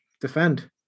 defend